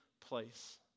place